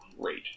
great